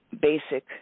basic